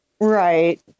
Right